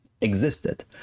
existed